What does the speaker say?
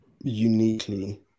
uniquely